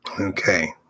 Okay